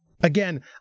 again